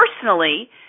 personally